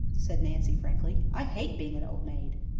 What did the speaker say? said nancy frankly. i hate being an old maid.